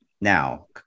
now